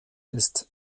ist